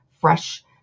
fresh